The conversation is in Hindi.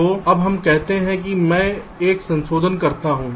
तो अब हम कहते हैं कि मैं एक संशोधन करता हूं